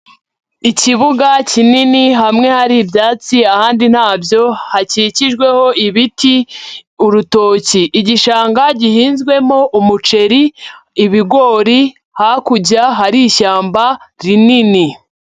Ikibuga kinini hamwe hari ibyatsi ahandi ntabyo, hakikijweho ibiti urutoki, igishanga gihinzwemo umuceri, ibigori, hakurya hari ishyamba rinini.